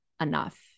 enough